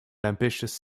ambitious